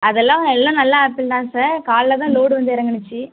அதெல்லாம் எல்லாம் நல்ல ஆப்பிள் தான் சார் காலைலதான் லோடு வந்து இறங்குனுச்சி